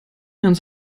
hands